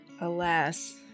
Alas